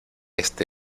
este